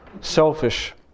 selfish